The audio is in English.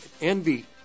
envy